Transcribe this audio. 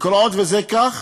כל עוד זה כך,